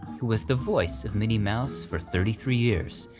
who was the voice of minnie mouse for thirty three years,